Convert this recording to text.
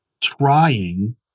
trying